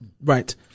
right